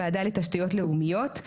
ועדה לתשתיות לאומיות.